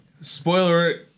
Spoiler